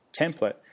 template